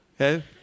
okay